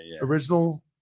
Original